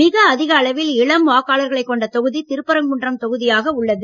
மிக அதிகளவில் இளம் வாக்காளர்களை கொண்ட தொகுதி திருப்பரங்குன்றம் தொகுதி உள்ளது